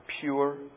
pure